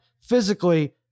physically